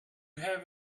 have